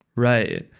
Right